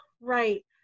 right